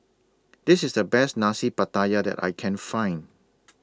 This IS The Best Nasi Pattaya that I Can Find